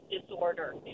disorder